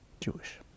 Jewish